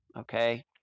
okay